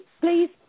please